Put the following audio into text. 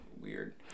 weird